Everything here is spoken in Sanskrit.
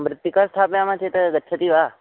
मृत्तिकां स्थापयामः चेत् गच्छति वा